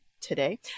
today